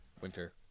Winter